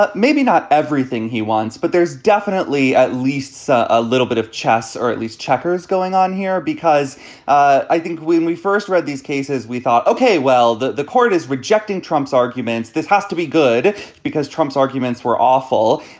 but maybe not everything he wants, but there's definitely at least a little bit of chess or at least checkers going on here, because i think when we first read these cases, we thought, ok, well, the the court is rejecting trump's arguments. this has to be good because trump's arguments were awful.